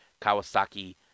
Kawasaki